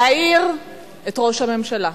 להעיר את ראש הממשלה.